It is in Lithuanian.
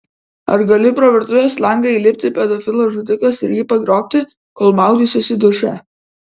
ar gali pro virtuvės langą įlipti pedofilas žudikas ir jį pagrobti kol maudysiuosi duše